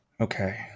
Okay